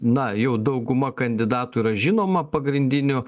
na jau dauguma kandidatų yra žinoma pagrindinių